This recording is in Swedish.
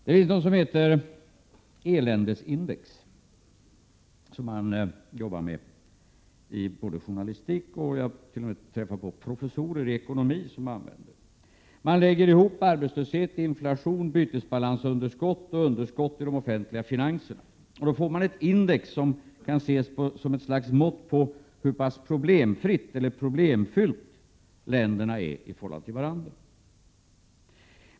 Det finns någonting som heter ”eländesindex” och som man jobbar med i journalistik. Jag har t.o.m. träffat på professorer i ekonomi som använder det. Man lägger ihop arbetslöshet, inflation, bytesbalansunderskott och underskott i de offentliga finanserna. Då får man ett index, som kan ses som ett slags mått på hur pass problemfria eller problemfyllda länderna är i förhållande till varandra.